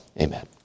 Amen